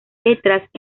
letras